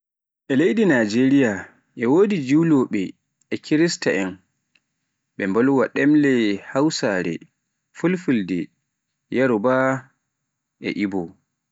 e leydi Najeriya e wodi Julowooɓe e kirsta'en, ɓe bolwa ɗemle Hausare, Fulfulde, Yaruba, e Igbo.